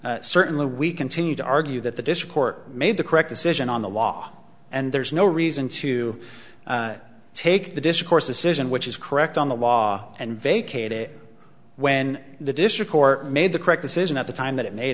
appeal certainly we continue to argue that the discourse made the correct decision on the law and there's no reason to take the discourse decision which is correct on the law and vacated when the district court made the correct decision at the time that it made